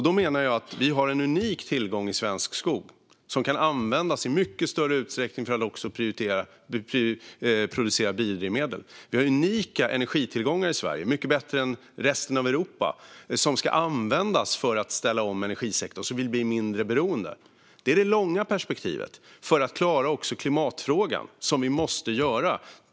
Då menar jag att vi har en unik tillgång i svensk skog, som kan användas i mycket större utsträckning för att också producera biodrivmedel. Vi har unika energitillgångar i Sverige, mycket bättre än resten av Europa, som ska användas för att ställa om energisektorn så att vi blir mindre beroende. Det är det långa perspektivet för att klara också klimatfrågan, vilket vi måste göra.